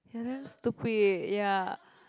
ya damn stupid ya